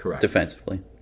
defensively